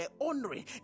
honoring